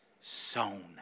sown